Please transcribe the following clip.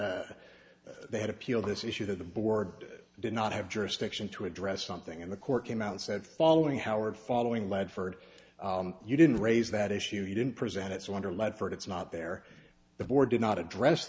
a they had appealed this issue to the board did not have jurisdiction to address something in the court came out and said following our following ledford you didn't raise that issue you didn't present its wonder ledford it's not there the board did not address